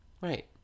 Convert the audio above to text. right